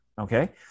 okay